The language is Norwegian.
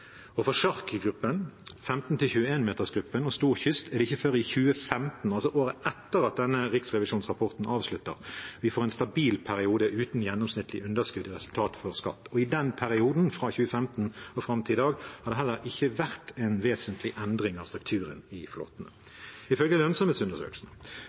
Og for sjark-gruppen, 15–21-meters gruppen og gruppen stor kyst er det ikke før i 2015, altså året etter at denne Riksrevisjonsrapporten avslutter, at vi får en stabil periode uten gjennomsnittlig underskudd, resultat før skatt. Og i den perioden, fra 2015 og fram til i dag, har det heller ikke vært en vesentlig endring av strukturen i